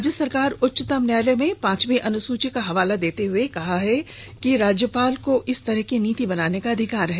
राज्य सरकार उच्चतम न्यायालय में पांचवीं अनुसूची का हवाला देते हुए कहा है कि राज्यपाल को इस तरह की नीति बनाने का अधिकार है